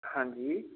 हाँ जी